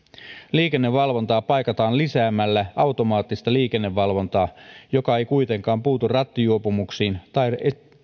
liikennevalvontaa paikataan lisäämällä automaattista liikennevalvontaa joka ei kuitenkaan puutu rattijuopumuksiin tai